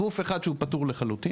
גוף אחד שהוא פטור לחלוטין,